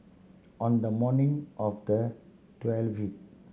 on the morning of the